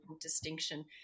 distinction